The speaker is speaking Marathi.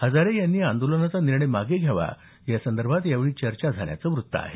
हजारे यांनी आंदोलनाचा निर्णय मागे घ्यावा यासंदर्भात यावेळी चर्चा झाल्याचं वृत्त आहे